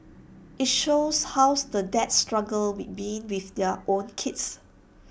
IT shows how's the dads struggle with being with their own kids